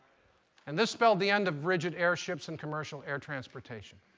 and this spelled the end of rigid error ships in commercial air transportation.